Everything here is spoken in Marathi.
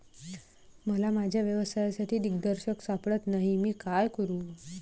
मला माझ्या व्यवसायासाठी दिग्दर्शक सापडत नाही मी काय करू?